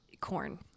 corn